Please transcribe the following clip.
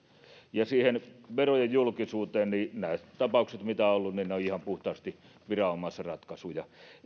sitten verojen julkisuuteen nämä tapaukset mitä on ollut ovat ihan puhtaasti viranomaisratkaisuja